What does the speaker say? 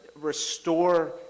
restore